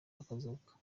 bakazuka